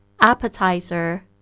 Appetizer